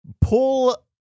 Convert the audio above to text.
pull